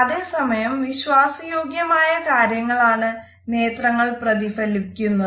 അതേ സമയം വിശ്വാസ യോഗ്യമായ കാര്യങ്ങളാണ് നേത്രങ്ങൾ പ്രതിഫലിപ്പിക്കുന്നത്